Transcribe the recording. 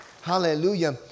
Hallelujah